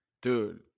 Dude